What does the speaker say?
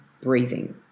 breathing